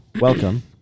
welcome